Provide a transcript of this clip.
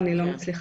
זה מה שקורה